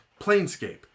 Planescape